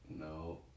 No